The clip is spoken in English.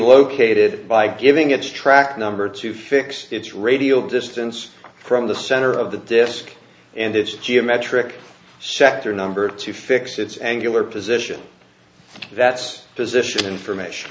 located by giving its track number to fix its radio distance from the center of the disk and its geometric sector number to fix its angular position that's position information